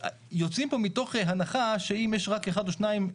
יוצאים פה מתוך הנחה שאם יש רק אחד או שניים,